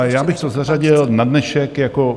Já bych to zařadil na dnešek jako...